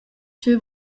tgei